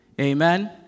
Amen